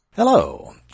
Hello